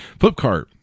Flipkart